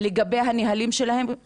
לפי הנהלים שלהם.